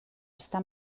està